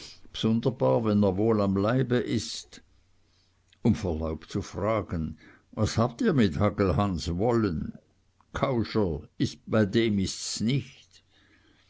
bsunderbar wenn er wohl am leibe ist um verlaub zu fragen was habt ihr mit hagelhans wollen kauscher bei dem ists nicht